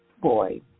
boy